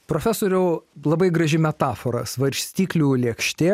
profesoriau labai graži metafora svarstyklių lėkštė